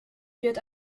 wird